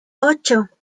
ocho